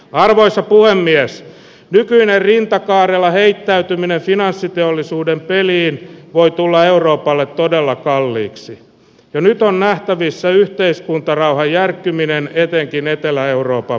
arvoisa puhemies nykyinen rinta kaarella heittäytyminen finanssiteollisuuden peliin voi tulla euroopalle todella kalliiksi ja nyt on nähtävissä yhteiskuntarauha järkkyminen etenkin etelä euroopan